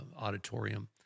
auditorium